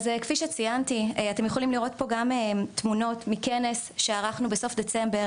כפי שציינתי אתם יכולים גם לראות תמונות מכנס שערכנו בסוף דצמבר